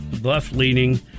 left-leaning